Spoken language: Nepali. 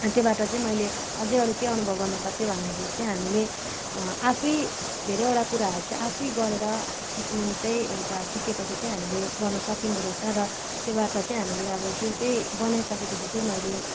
त्योबाट चाहिँ मैले अझ अरू के अनुभव गर्न सकेँ भन्दाखेरि चाहिँ अझै हामीले आफै धेरैवटा कुराहरू चाहिँ आफै गरेर सिक्नु चाहिँ एउटा सिकेपछि चाहिँ हामीले गर्न सकिँदो रहेछ र त्योबाट चाहिँ हामीले अब त्यो चाहिँ बनाइसकेपछि चाहिँ मैले